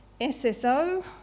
SSO